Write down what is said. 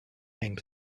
same